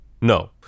No